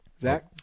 Zach